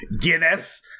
Guinness